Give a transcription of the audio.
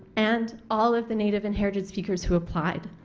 and all of the native and heritage speakers who applied.